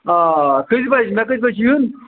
آ کٔژِ بَجہِ مےٚ کٔژِ بَجہِ چھُ یُن